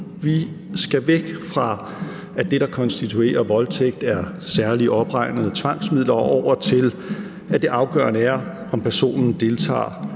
Vi skal væk fra, at det, der konstituerer voldtægt, er særligt opregnede tvangsmidler, og over til, at det afgørende er, om personen deltager